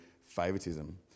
favoritism